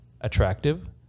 attractive